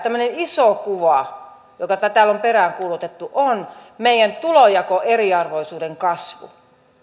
tämmöinen iso kuva jota täällä on peräänkuulutettu on meidän tulonjakoeriarvoisuuden kasvu